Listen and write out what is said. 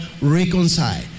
reconcile